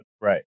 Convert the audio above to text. Right